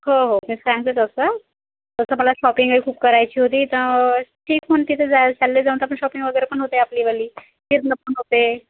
हो हो मी सांगते तसं तसं मला शॉपिंगही खूप करायची होती तर ठीक म्हणते तर जा चालले जाऊन तर आपण शॉपिंग वगैरे पण होते आपलीवाली फिरणं पण होते